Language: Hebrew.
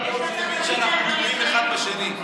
רק ביום שנבין שאנחנו תלויים אחד בשני.